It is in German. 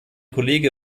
kollege